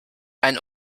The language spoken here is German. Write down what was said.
ein